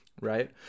right